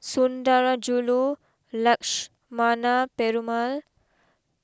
Sundarajulu Lakshmana Perumal